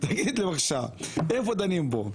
תגיד לי בבקשה, איפה דנים בו?